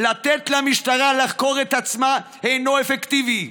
לתת למשטרה לחקור את עצמה אינו אפקטיבי.